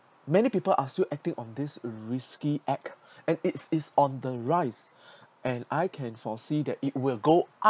many people are still acting on this risky act and it's it's on the rise and I can foresee that it will go